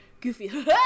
goofy